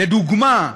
לדוגמה,